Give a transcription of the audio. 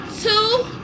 Two